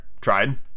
tried